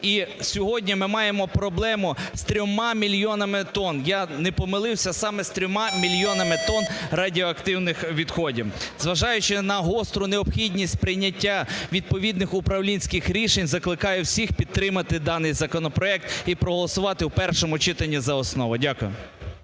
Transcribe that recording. І сьогодні ми маємо проблему з 3 мільйонами тонн. Я не помилився, саме з 3 мільйонами тонн радіоактивних відходів. Зважаючи на гостру необхідність прийняття відповідних управлінських рішень, закликаю всіх підтримати даний законопроект і проголосувати в першому читані за основу. Дякую.